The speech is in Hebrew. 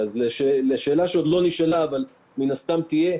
לשאלה שעוד לא נשאלה ומן הסתם תעלה,